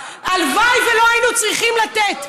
הלוואי שלא היינו צריכים לתת.